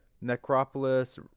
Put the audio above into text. Necropolis